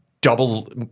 double